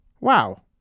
wow